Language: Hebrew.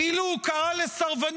כאילו הוא קרא לסרבנות,